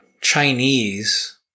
Chinese